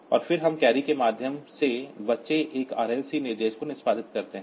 और फिर हम कैरी के माध्यम से बचे एक RLC निर्देश को निष्पादित करते हैं